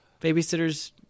Babysitters